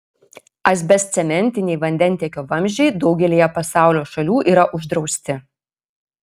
asbestcementiniai vandentiekio vamzdžiai daugelyje pasaulio šalių yra uždrausti